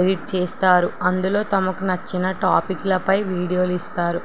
edit చేస్తారు అందులో తమకు నచ్చిన టాపిక్లపై వీడియోలు ఇస్తారు